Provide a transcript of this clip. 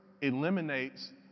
eliminates